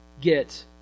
get